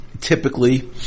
typically